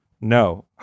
No